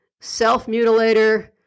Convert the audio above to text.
self-mutilator